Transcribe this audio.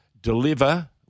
deliver